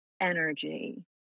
energy